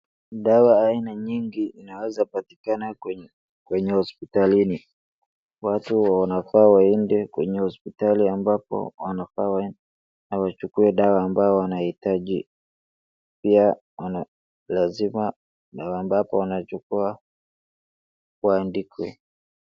Dawa aina nyingi inaweza patikana kwenye hospitalini. Watu wanafaa waende kwenye hospitali ambapo wanafaa waende wachukue dawa ambayo wanahitaji pia lazima na ambapo wanachukua waandikiwe.